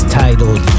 titled